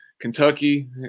Kentucky